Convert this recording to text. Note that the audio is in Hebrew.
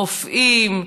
רופאים,